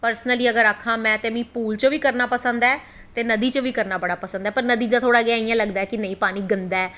personally अगर आक्खां में ते मिगी पूल च बी करनां पसंद ऐ ते नदी च बी करनां बड़ा पसंद ऐ पर नदी दा थोह्ड़ा जा इयां लगदा ऐ कि पानी गंदा ऐ थोह्ड़ा जा